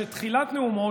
שתחילת נאומו,